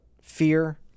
fear